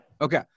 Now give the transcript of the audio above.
Okay